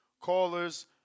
callers